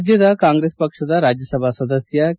ರಾಜ್ಯದ ಕಾಂಗ್ರೆಸ್ ಪಕ್ಷದ ರಾಜ್ಯಸಭಾ ಸದಸ್ಕ ಕೆ